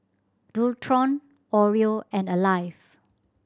Dualtron Oreo and Alive